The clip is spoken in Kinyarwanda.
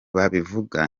babivuga